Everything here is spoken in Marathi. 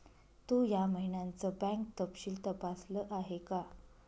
तू या महिन्याचं बँक तपशील तपासल आहे का?